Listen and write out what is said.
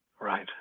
Right